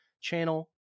channel